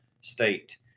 State